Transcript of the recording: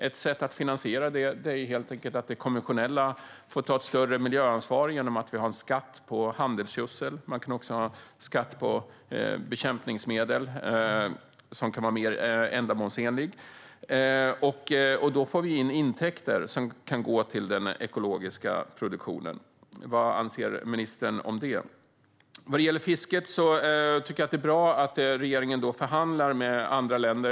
Ett sätt att finansiera det vore helt enkelt att det konventionella får ta ett större miljöansvar genom en skatt på handelsgödsel. Man kan också ha en skatt på bekämpningsmedel, som kan vara mer ändamålsenlig. Då får vi in intäkter som kan gå till den ekologiska produktionen. Vad anser ministern om det? När det gäller fisket är det bra att regeringen förhandlar med andra länder.